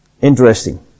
Interesting